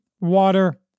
water